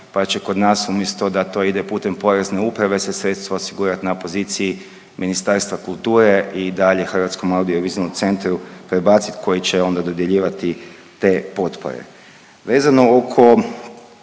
pa će kod nas umjesto da to ide putem porezne uprave, se sredstva osigurat na poziciji Ministarstva kulture i dalje Hrvatskom audio i vizualnom centru prebacit, koji će onda dodjeljivati te potpore. Vezano oko